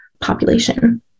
population